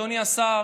אדוני השר,